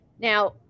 now